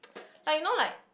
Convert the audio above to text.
like you know like